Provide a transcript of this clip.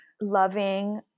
loving